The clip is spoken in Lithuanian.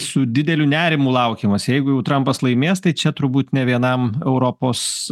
su dideliu nerimu laukiamas jeigu jau trampas laimės tai čia turbūt nė vienam europos